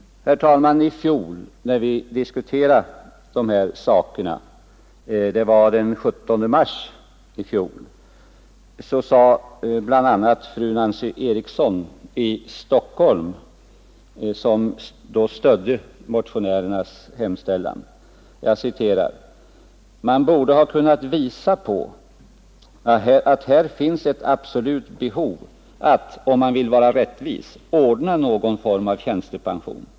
Herr talman! När vi diskuterade dessa saker den 17 mars i fjol, sade fru Nancy Eriksson i Stockholm som då stödde motionärernas hemställan: ”Man borde ha kunnat visa på att här finns ett absolut behov att, om man vill vara rättvis, ordna någon form av tjänstepension.